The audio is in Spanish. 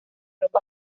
ropa